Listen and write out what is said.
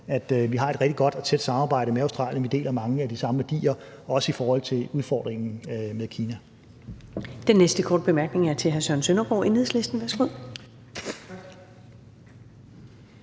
vi har et rigtig godt og tæt samarbejde med Australien; vi deler mange af de samme værdier, også i forhold til udfordringen med Kina.